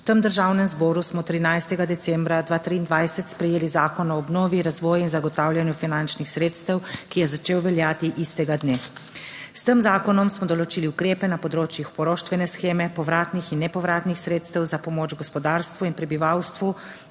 V tem Državnem zboru smo 13. decembra 2023 sprejeli Zakon o obnovi, razvoju in zagotavljanju finančnih sredstev, ki je začel veljati istega dne. S tem zakonom smo določili ukrepe na področju poroštvene sheme, povratnih in nepovratnih sredstev za pomoč gospodarstvu in prebivalstvu,